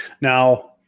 Now